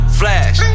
flash